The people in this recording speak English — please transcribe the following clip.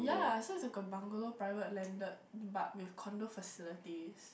ya so it's like a bungalow private landed but with condo facilities